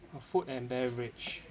uh food and beverage